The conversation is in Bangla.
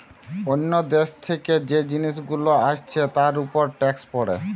অন্য দেশ থেকে যে জিনিস গুলো এসছে তার উপর ট্যাক্স পড়ে